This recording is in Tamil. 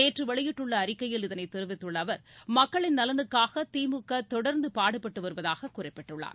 நேற்று வெளியிட்டுள்ள அறிக்கையில் இதனை தெரிவித்துள்ள அவர் மக்களின் நலனுக்காக திமுக தொடர்ந்து பாடுபட்டு வருவதாக குறிப்பிட்டுள்ளார்